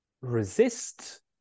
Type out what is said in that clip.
resist